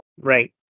right